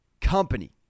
company